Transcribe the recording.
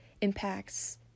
impacts